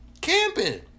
Camping